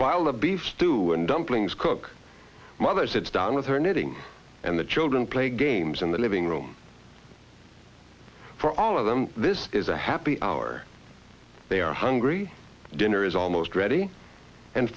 while the beef stew and dumplings cook mother said done with her knitting and the children play games in the living room for all of them this is a happy hour they are hungry dinner is almost ready and